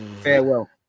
farewell